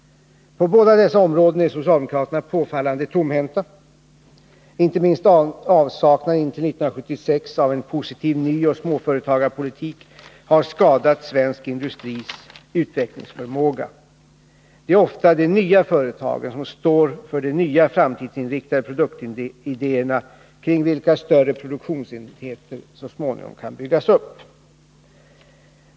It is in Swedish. På båda dessa områden är socialdemokraterna påfallande tomhänta. Inte minst avsaknaden intill 1976 av en positiv nyoch småföretagspolitik har skadat svensk industris utvecklingsförmåga. Det är ofta de nya företagen som står för de nya framtidsinriktade produktidéerna, kring vilka större produktionsenheter så småningom kan byggas upp.